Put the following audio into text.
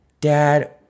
Dad